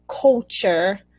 culture